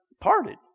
parted